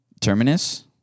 Terminus